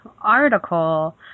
article